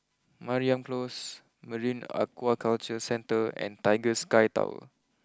Mariam close Marine Aquaculture Centre and Tiger Sky Tower